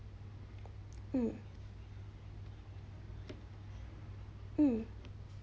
mm mm